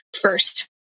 first